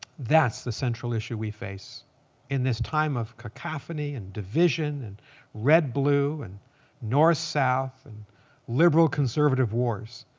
that's the central issue we face in this time of cacophony and division and red-blue and north-south and liberal-conservative wars.